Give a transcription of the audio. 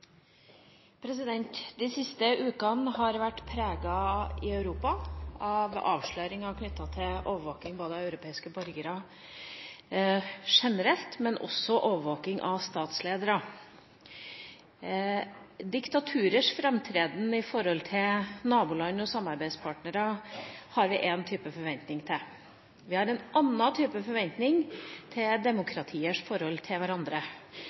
De siste ukene har Europa vært preget av avsløringer knyttet til overvåking av europeiske borgere generelt, men også av statsledere. Diktaturers framtreden overfor naboland og samarbeidspartnere har vi én type forventning til. Vi har en annen type forventning til demokratiers forhold til hverandre